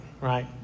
right